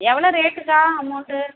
எவ்வளோ ரேட்டுக்கா அமௌண்டு